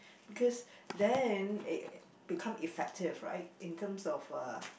because there in become effective right in terms of uh